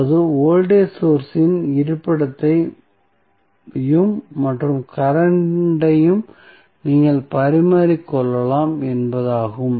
அதாவது voltage source இன் இருப்பிடத்தையும் மற்றும் கரண்ட் ஐயும் நீங்கள் பரிமாறிக் கொள்ளலாம் என்பதாகும்